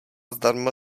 zdarma